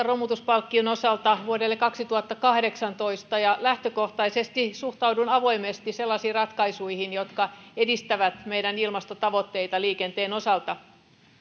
romutuspalkkion osalta yhdestä kokonaisuudesta vuodelle kaksituhattakahdeksantoista lähtökohtaisesti suhtaudun avoimesti sellaisiin ratkaisuihin jotka edistävät meidän ilmastotavoitteitamme liikenteen osalta